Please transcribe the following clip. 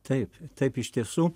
taip taip iš tiesų